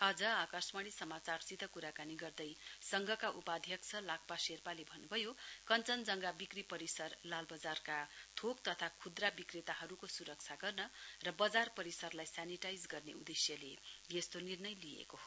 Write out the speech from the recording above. आज आकाशवाणी समाचारसित कुराकानी गर्दै संघका उपाध्यक्ष लाक्पा शेर्पाले भन्नुभयो कञ्चनजंघा विक्री परिसर लालवजारका थोक तथा खुद्रा विक्रेताहरुके सुरक्षा गर्न र वजार परिसरलाई सेनिटाइज गर्ने उर्देश्यले यस्तो निर्णय लिइएको हो